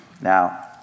Now